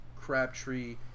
Crabtree